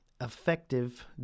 effective